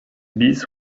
bis